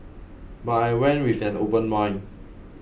but I went with an open mind